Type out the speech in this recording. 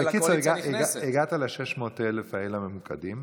בקיצור הגעת ל-600,000 האלה הממוקדים,